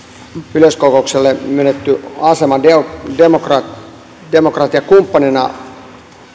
yleiskokouksessa myönnetty asema demokratiakumppanina